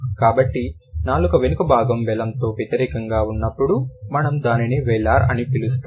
కాబట్టి నాలుక వెనుక భాగం వెలమ్కు వ్యతిరేకంగా ఉన్నప్పుడు మనము దానిని వెలార్ అని పిలుస్తాము